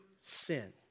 sin